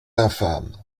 infâme